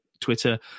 twitter